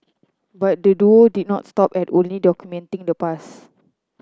but the duo did not stop at only documenting the past